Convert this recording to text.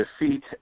defeat